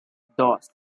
dos